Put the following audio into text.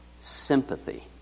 sympathy